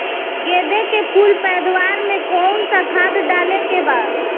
गेदे के फूल पैदवार मे काउन् सा खाद डाले के बा?